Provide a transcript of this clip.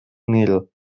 nil